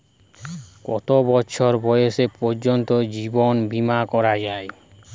কত বছর বয়স পর্জন্ত জীবন বিমা করা য়ায়?